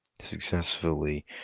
successfully